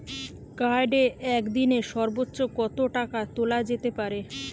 কার্ডে একদিনে সর্বোচ্চ কত টাকা তোলা যেতে পারে?